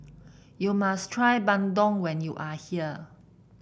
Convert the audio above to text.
you must try Bandung when you are here